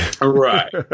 right